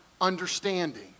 understanding